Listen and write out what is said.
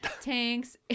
tanks